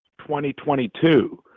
2022